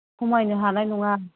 खमायनो हानाय नङा